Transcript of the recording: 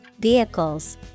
vehicles